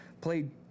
Played